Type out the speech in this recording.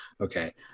Okay